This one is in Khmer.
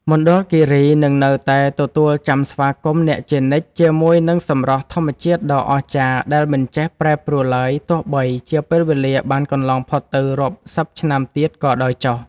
មណ្ឌលគីរីនឹងនៅតែទទួលចាំស្វាគមន៍អ្នកជានិច្ចជាមួយនឹងសម្រស់ធម្មជាតិដ៏អស្ចារ្យដែលមិនចេះប្រែប្រួលឡើយទោះបីជាពេលវេលាបានកន្លងផុតទៅរាប់សិបឆ្នាំទៀតក៏ដោយចុះ។